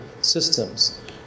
systems